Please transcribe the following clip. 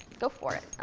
go for it.